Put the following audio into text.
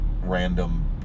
random